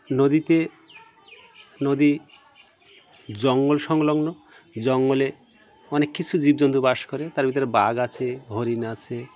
নদীতে নদী জঙ্গল সংলগ্ন জঙ্গলে অনেক কিছু জীবজন্তু বাস করে তার ভিতরে বাঘ আছে হরিণ আছে